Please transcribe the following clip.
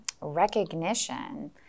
recognition